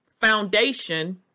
foundation